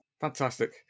fantastic